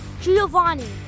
Giovanni